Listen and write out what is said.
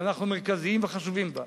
אבל אנחנו מרכזיים וחשובים בה,